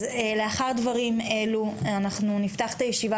לאחר דברים אלו אנחנו נפתח את הישיבה